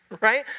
Right